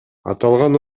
аталган